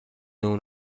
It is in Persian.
اون